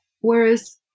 Whereas